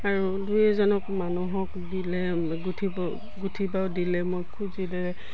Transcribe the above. আৰু দুই এজনক মানুহক দিলে গুঠিব গুঠিব দিলে মই খুজিলে